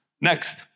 Next